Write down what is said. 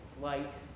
light